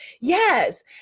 yes